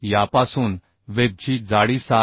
यापासून वेबची जाडी 7